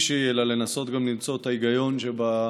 שהיא אלא לנסות גם למצוא את ההיגיון שבה,